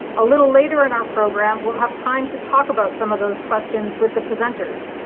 a little later in our program we'll have time to talk about some of those questions with the presenters,